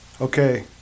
okay